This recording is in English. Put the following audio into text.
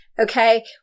okay